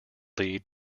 lead